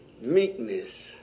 Meekness